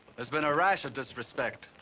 there's been a rash of disrespect,